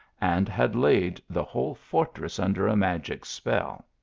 and had laid the whole fortress under a magic spell.